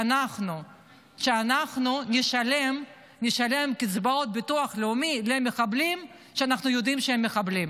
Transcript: שאנחנו נשלם קצבאות ביטוח לאומי למחבלים כשאנחנו יודעים שהם מחבלים.